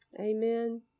Amen